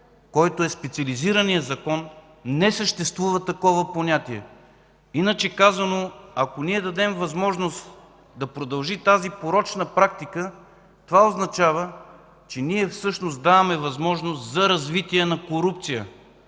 който е специализираният закон, не съществува такова понятие. Иначе казано, ако ние дадем възможност тази порочна практика да продължи, това означава, че ние всъщност даваме възможност за развитие на корупция,